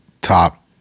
top